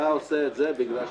אתה עושה את זה בגלל --- לא,